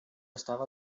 estava